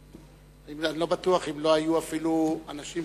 אני לא בטוח אם לא היו אפילו אנשים